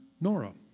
Nora